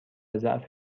ضعف